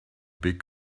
big